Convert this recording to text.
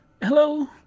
Hello